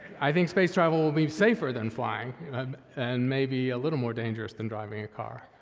i think space travel will be safer than flying and maybe a little more dangerous than driving a car.